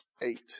eight